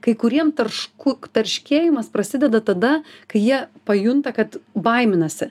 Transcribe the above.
kai kuriem taršku tarškėjimas prasideda tada kai jie pajunta kad baiminasi